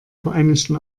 vereinigten